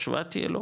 התשובה תהיה לא,